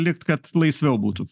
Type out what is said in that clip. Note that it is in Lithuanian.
likt kad laisviau būtų